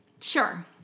Sure